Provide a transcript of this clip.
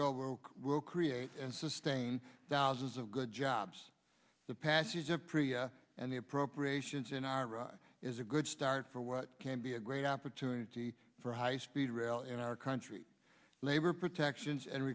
rail work will create and sustain thousands of good jobs the passage of korea and the appropriations in iraq is a good start for what can be a great opportunity for high speed rail in our country labor protections and